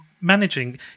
managing